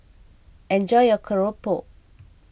enjoy your Keropok